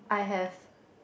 I have